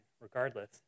regardless